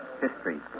history